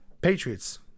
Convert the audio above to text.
Patriots